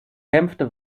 kämpfte